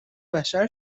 بشر